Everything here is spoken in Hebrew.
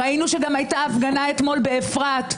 ראינו שגם הייתה הפגנה אתמול באפרת,